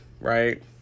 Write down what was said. right